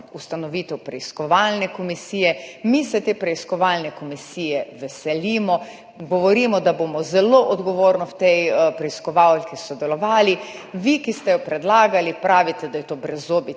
ustanovitev preiskovalne komisije, mi se te preiskovalne komisije veselimo, govorimo da bomo zelo odgovorno sodelovali v tej preiskovalki. Vi, ki ste jo predlagali, pravite, da je to brezzobi